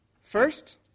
First